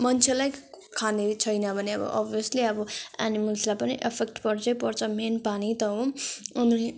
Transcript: मन्छेलाई खाने छैन भने अब अभ्यसली अब एनिमल्सलाई पनि एफेक्ट पर्छै पर्छ मेन पानी त हो अनि